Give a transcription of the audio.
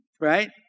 right